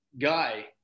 guy